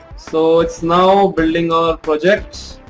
so its now building our project.